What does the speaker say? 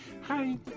Hi